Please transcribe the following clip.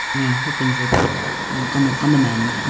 now hope things are better on the on the mend. and